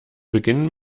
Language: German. beginnen